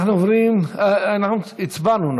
הצבענו?